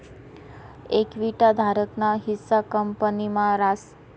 equity धारक ना हिस्सा कंपनी मा रास